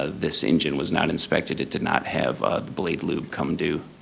ah this engine was not inspected, it did not have the blade loop come due.